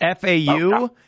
FAU